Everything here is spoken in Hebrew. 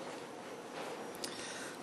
התשע"ד 2014,